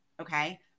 Okay